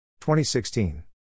2016